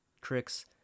tricks